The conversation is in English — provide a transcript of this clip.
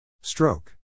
Stroke